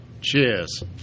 Cheers